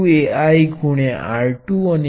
આ સમાંતર સંયોજન માં વહેતો કુલ પ્રવાહ છે